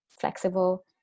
flexible